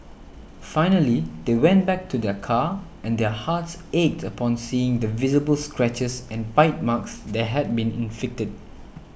finally they went back to their car and their hearts ached upon seeing the visible scratches and bite marks that had been inflicted